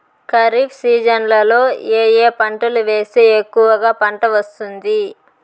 ఖరీఫ్ సీజన్లలో ఏ ఏ పంటలు వేస్తే ఎక్కువగా పంట వస్తుంది?